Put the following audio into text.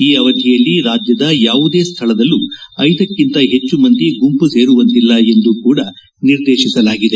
ಈ ಅವಧಿಯಲ್ಲಿ ರಾಜ್ಯದ ಯಾವುದೇ ಸ್ಥಳದಲ್ಲೂ ಐದಕ್ಕಿಂತ ಹೆಚ್ಚು ಮಂದಿ ಗುಂಪು ಸೇರುವಂತಿಲ್ಲ ಎಂದೂ ಕೂಡ ನಿರ್ದೇಶಿಸಲಾಗಿದೆ